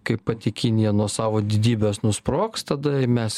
kaip pati kinija nuo savo didybės nusprogs tada įmes